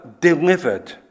delivered